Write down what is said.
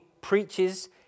preaches